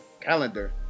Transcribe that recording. calendar